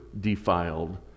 defiled